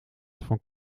van